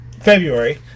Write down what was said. February